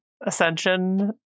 Ascension